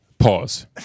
Pause